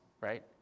right